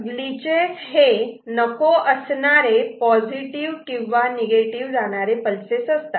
glitches हे नको असणारे पॉझिटिव्ह किंवा निगेटिव्ह जाणारे पल्सेस असतात